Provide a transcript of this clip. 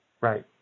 Right